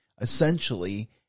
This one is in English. Essentially